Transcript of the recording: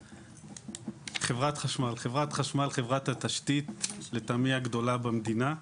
חברת חשמל חברת התשתית, לטעמי, הגדולה במדינה,